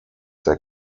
der